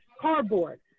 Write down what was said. cardboard